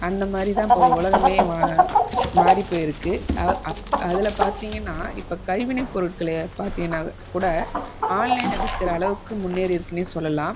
அந்த மாதிரி தான் இப்போது உலகமே வா மாறி போயிருக்கு அதில் பார்த்திங்கன்னா இப்போ கைவினைப் பொருட்களை பார்த்திங்கன்னா கூட ஆன்லைனில் விற்கிற அளவுக்கு முன்னேறி இருக்குன்னே சொல்லலாம்